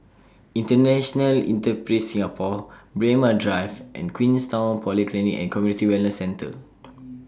International Enterprise Singapore Braemar Drive and Queenstown Polyclinic and Community Wellness Centre